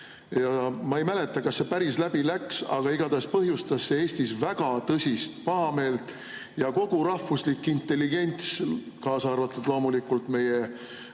Ma ei mäleta, kas see päris läbi läks, aga igatahes põhjustas see Eestis väga tõsist pahameelt. Kogu rahvuslik intelligents, kaasa arvatud loomulikult meie